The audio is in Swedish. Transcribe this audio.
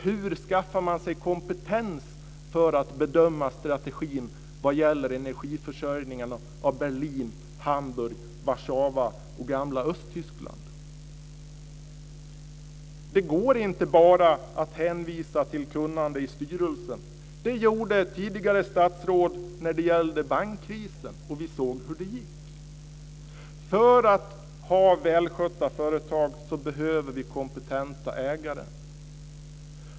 Hur skaffar man sig kompetens för att bedöma strategin vad gäller energiförsörjningen i Berlin, Hamburg, Warszawa och gamla Östtyskland? Det går inte att bara hänvisa till kunnande i styrelsen. Det gjorde ett tidigare statsråd när det gällde bankkrisen, och vi såg hur det gick. För att ha välskötta företag behöver vi kompetenta ägare.